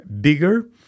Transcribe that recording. bigger